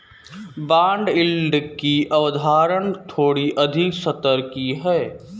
bond yield की अवधारणा थोड़ी अधिक स्तर की है